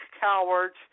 cowards